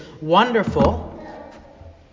wonderful